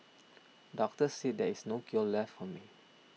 doctors said there is no cure left for me